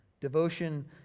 Devotion